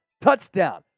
Touchdown